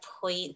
point